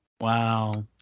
Wow